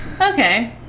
Okay